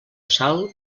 sal